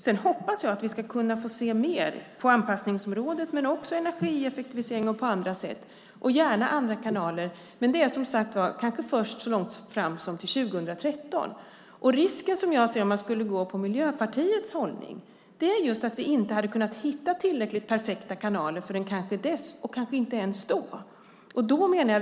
Sedan hoppas jag att vi ska kunna få se mer på anpassningsområdet men också av energieffektivisering på andra sätt och gärna via andra kanaler. Men det är som sagt var kanske först så långt fram som 2013. Risken som jag ser om man skulle följa Miljöpartiets hållning är just att vi inte hade kunnat hitta tillräckligt perfekta kanaler förrän till dess och kanske inte ens då.